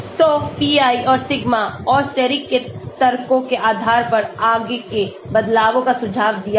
तो pi और sigma और steric के तर्कों के आधार पर आगे के बदलावों का सुझाव दिया गया